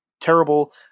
terrible